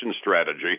strategy